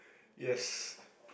yes